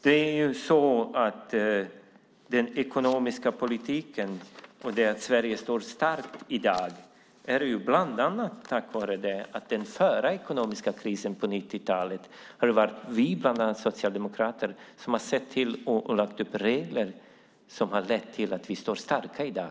Det är bland annat vi socialdemokrater som efter den förra ekonomiska krisen på 90-talet har ställt upp regler som har lett till att vi står starka i dag.